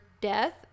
death